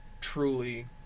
truly